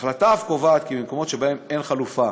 ההחלטה אף קובעת כי במקומות שבהם אין חלופה